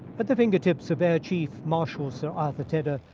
at the fingertips of air chief marshal sir arthur tedder,